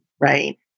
right